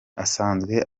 asanzwe